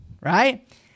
right